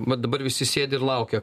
vat dabar visi sėdi ir laukia